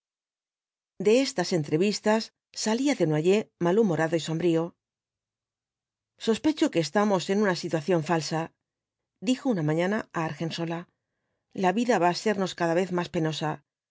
de estas entrevistas salía desnoyers malhumorado y sombrío v blasco ibáñba sospecho que estamos en una citnación falsa dijo una mañana á argensola la vida va á sernos cada vez más penosa